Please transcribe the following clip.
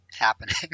happening